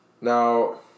Now